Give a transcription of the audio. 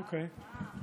אוקיי.